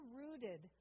rooted